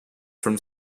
from